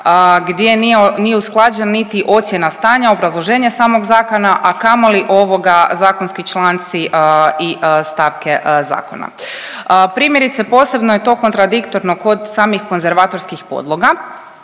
nije, nije usklađen niti ocjena stanja obrazloženja samog zakona, a kamoli ovoga zakonski članci i stavke zakona. Primjerice posebno je to kontradiktorno kod samih konzervatorskih podloga.